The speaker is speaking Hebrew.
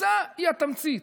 מצה היא התמצית,